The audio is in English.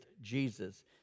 Jesus